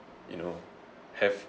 you know have